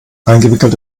eingewickelt